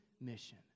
mission